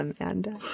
amanda